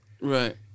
right